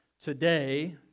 Today